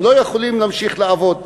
הם לא יכולים להמשיך לעבוד,